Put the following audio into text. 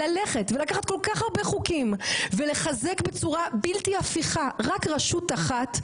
ללכת ולקחת כל כך הרבה חוקים ולחזק בצורה בלתי הפיכה רק רשות אחת,